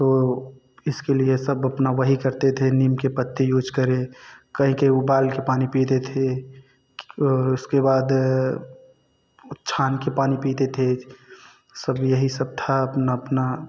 तो इसके लिए सब अपना वही करते थे नीम की पत्ती यूज करें करके उबालकर पानी पीते थे उसके बाद छानकर पानी पीते थे सब यही सब था अपना अपना